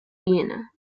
viena